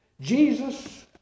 Jesus